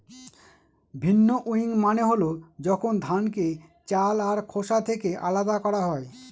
ভিন্নউইং মানে হল যখন ধানকে চাল আর খোসা থেকে আলাদা করা হয়